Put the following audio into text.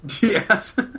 Yes